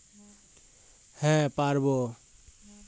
UPI এর মাধ্যমে আমরা ব্যাঙ্ক একাউন্টে সরাসরি টাকা পাঠাতে পারবো?